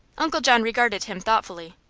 uncle john regarded him thoughtfully.